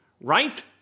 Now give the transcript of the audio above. right